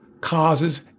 causes